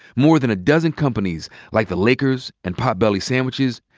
more than a dozen companies, like the lakers and potbelly sandwiches,